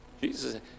Jesus